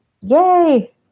yay